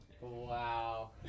Wow